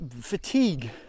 fatigue